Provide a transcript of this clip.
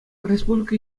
республика